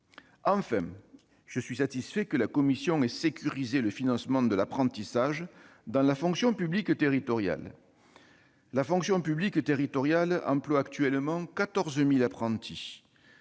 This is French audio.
Enfin, je suis satisfait que la commission ait sécurisé le financement de l'apprentissage dans la fonction publique territoriale. La fonction publique territoriale emploie actuellement 14 000 apprentis.